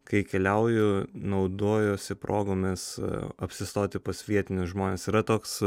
kai keliauju naudojuosi progomis apsistoti pas vietinius žmones yra toks